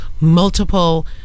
multiple